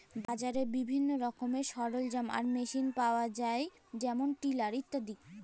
বাজারে বিভিল্ল্য রকমের সরলজাম আর মেসিল পাউয়া যায় যেমল টিলার ইত্যাদি